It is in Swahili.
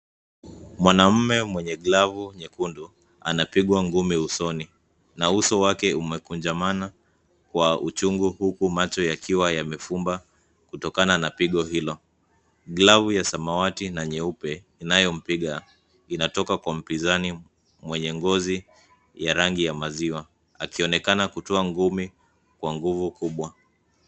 Mwanaume mwenye glavu nyekundu anapigwa ngumi usoni. Na uso wake umekunjamana kwa uchungu huku macho yake yakiwa yamefumba kutokana pigo hilo. Glavu ya samawati na nyeupe inayo mpiga inatoka kwa mpinzani mwenye ngozi ya rangi ya maziwa akionekana kutoa ngumi na nguvu kubwa.